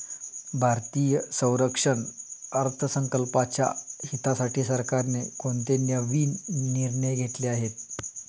भारतीय संरक्षण अर्थसंकल्पाच्या हितासाठी सरकारने कोणते नवीन निर्णय घेतले आहेत?